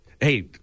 hey